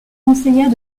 conseillère